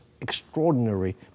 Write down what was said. extraordinary